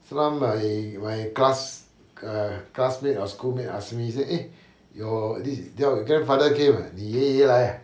sometime my my class uh classmate or schoolmate ask me say eh yo~ this your grandfather came 你爷爷来 ah